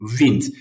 wind